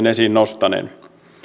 esiin nostaneen